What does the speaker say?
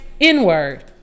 n-word